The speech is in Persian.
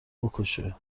بکشه